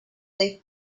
live